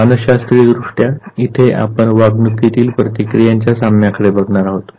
मानसशास्त्रीयदृष्ट्या इथे आपण वागणुकीतील प्रतिक्रियांच्या साम्याकडे बघणार आहोत